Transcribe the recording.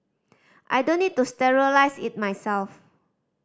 I don't need to sterilise it myself